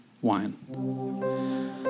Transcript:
wine